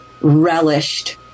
relished